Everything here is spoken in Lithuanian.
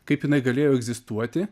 kaip jinai galėjo egzistuoti